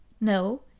No